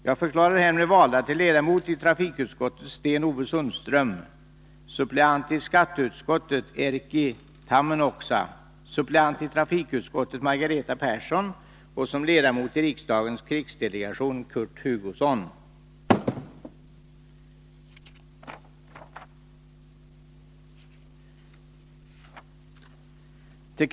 Undertecknad har vid 1982 års riksdagsval valts till ersättare för moderata samlingspartiets ledamöter i riksdagen i Stockholms län.